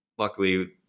Luckily